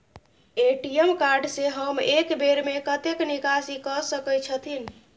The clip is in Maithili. ए.टी.एम कार्ड से हम एक बेर में कतेक निकासी कय सके छथिन?